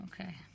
okay